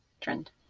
trend